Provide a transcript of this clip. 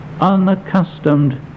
unaccustomed